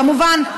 כמובן,